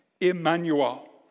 Emmanuel